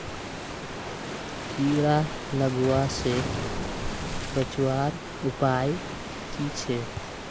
कीड़ा लगवा से बचवार उपाय की छे?